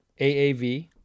AAV